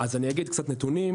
אז אני אגיד קצת נתונים: